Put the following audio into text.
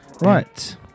Right